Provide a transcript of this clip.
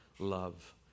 love